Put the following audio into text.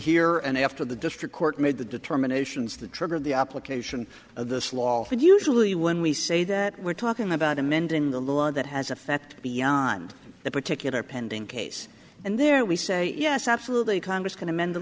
here and after the district court made the determination as the trigger of the application of this law and usually when we say that we're talking about amending the law that has effect beyond that particular pending case and there we say yes absolutely congress can amend the